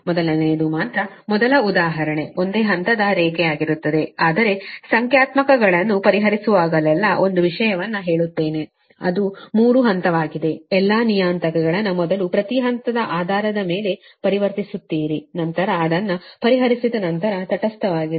ಮೊದಲನೆಯದು ಮಾತ್ರ ಮೊದಲ ಉದಾಹರಣೆ ಒಂದೇ ಹಂತದ ರೇಖೆಯಾಗಿರುತ್ತದೆ ಆದರೆ ಸಂಖ್ಯಾತ್ಮಕಗಳನ್ನು ಪರಿಹರಿಸುವಾಗಲೆಲ್ಲಾ ಒಂದು ವಿಷಯವನ್ನು ಹೇಳುತ್ತೇನೆ ಅದು ಮೂರು ಹಂತವಾಗಿದೆ ಎಲ್ಲಾ ನಿಯತಾಂಕಗಳನ್ನು ಮೊದಲು ಪ್ರತಿ ಹಂತದ ಆಧಾರದ ಮೇಲೆ ಪರಿವರ್ತಿಸುತ್ತೀರಿ ನಂತರ ಅದನ್ನು ಪರಿಹರಿಸಿದ ನಂತರ ತಟಸ್ಥವಾಗಿರಿ